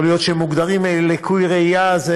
יכול להיות שהם מוגדרים לקויי ראייה.